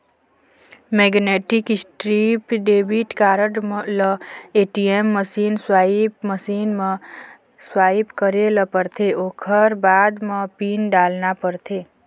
magnetic strip debit card ल ATM machine, swipe machine म swipe करे ल परथे ओखर बाद म पिन डालना परथे